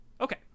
Okay